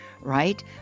right